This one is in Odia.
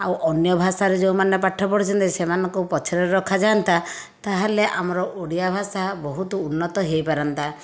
ଆଉ ଅନ୍ୟ ଭାଷାରେ ଯେଉଁମାନେ ପାଠ ପଢ଼ିଛନ୍ତି ସେମାନଙ୍କୁ ପଛରେ ରଖାଯାଆନ୍ତା ତାହେଲେ ଆମର ଓଡ଼ିଆ ଭାଷା ବହୁତ ଉନ୍ନତ ହୋଇପାରନ୍ତା